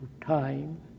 time